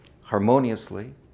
harmoniously